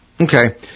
Okay